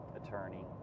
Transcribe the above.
attorney